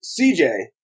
CJ